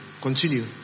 Continue